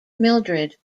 mildred